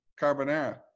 carbonara